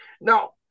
Now